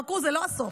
חכו, זה לא הסוף.